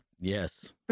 yes